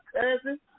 cousin